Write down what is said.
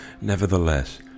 Nevertheless